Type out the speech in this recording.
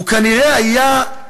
הוא כנראה היה,